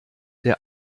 der